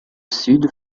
sud